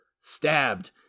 stabbed